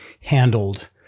handled